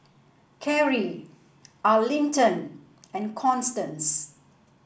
Karrie Arlington and Constance